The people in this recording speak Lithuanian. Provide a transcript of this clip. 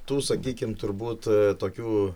tu sakykim turbūt tokių